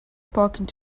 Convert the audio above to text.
parking